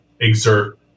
exert